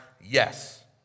yes